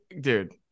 Dude